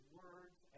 words